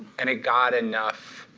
and it got enough